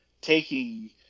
taking